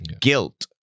guilt